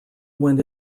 went